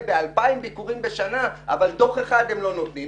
ב-2,000 ביקורים בשנה אבל דוח אחד הם לא נתנו.